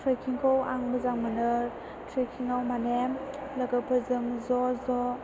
ट्रेकिंखौ आं मोजां मोनो ट्रेकिंआव माने लोगो फोरजों ज' ज'